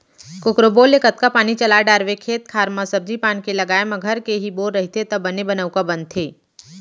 कोकरो बोर ले कतका पानी चला डारवे खेत खार म सब्जी पान के लगाए म घर के ही बोर रहिथे त बने बनउका बनथे